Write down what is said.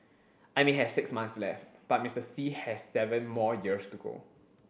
I may have six months left but Mister Xi has seven more years to go